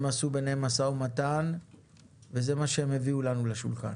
הם עשו ביניהם משא ומתן וזה מה שהם הביאו לנו לשולחן.